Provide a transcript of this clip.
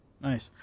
Nice